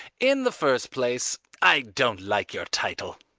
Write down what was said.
in the first place, i don't like your title.